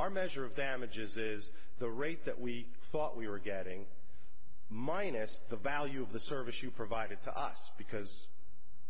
are measure of them edges is the rate that we thought we were getting minus the value of the service you provided to us because